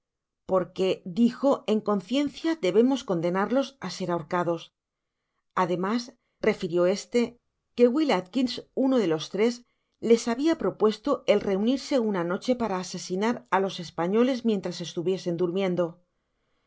aporque dijo en conciencia debemos condenarlos á ser ahorcados además refirió este que wil atkins uno de los tres les habia propuesto el reunirse una noche para asesinar á los españoles mientras estuviesen durmiendo al